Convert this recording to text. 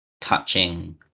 touching